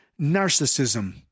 narcissism